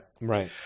Right